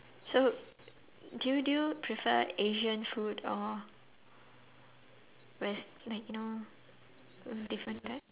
so do you do you prefer asian food or west like you know different type